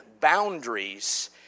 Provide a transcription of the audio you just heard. boundaries